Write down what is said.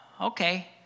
okay